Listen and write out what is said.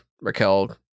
Raquel